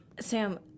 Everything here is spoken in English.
Sam